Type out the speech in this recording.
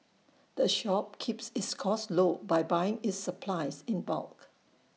the shop keeps its costs low by buying its supplies in bulk